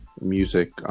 music